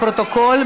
לפרוטוקול,